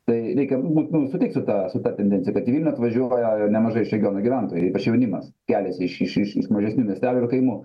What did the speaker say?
tai reikia nu mu mum sutikt su ta su ta tendencija kad į vilnių atvažiuoja nemažai iš regionų gyventojai ypač jaunimas keliasi iš iš iš mažesnių miestelių ir kaimų